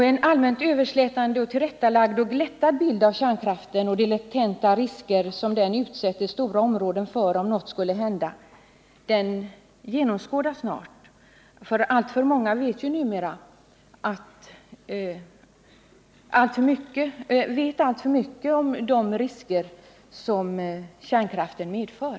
En allmänt överslätande, tillrättalagd och glättad bild av kärnkraften och de latenta risker som den utsätter stora områden för om något skulle hända, den attityden genomskådas snart. Vi vet numera alltför mycket om de risker som kärnkraften medför.